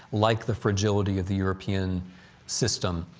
like the fragility of the european system,